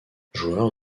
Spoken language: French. joueur